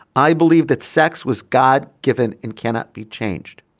i believe that sex was god given and cannot be changed.